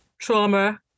trauma